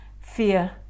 fear